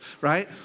right